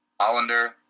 Hollander